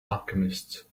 alchemists